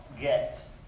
get